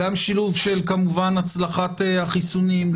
זה גם שילוב כמובן של הצלחת החיסונים,